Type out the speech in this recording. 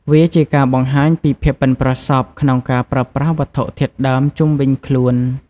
វាជាការបង្ហាញពីភាពប៉ិនប្រសប់ក្នុងការប្រើប្រាស់វត្ថុធាតុដើមជុំវិញខ្លួន។